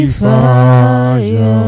fire